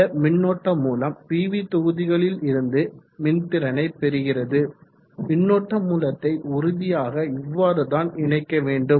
இந்த மின்னோட்ட மூலம் பிவி தொகுதிகளில் இருந்து மின்திறனை பெறுகிறது மின்னோட்ட மூலத்தை உறுதியாக இவ்வாறுதான் இணைக்க வேண்டும்